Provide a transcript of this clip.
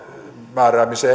määräämiseen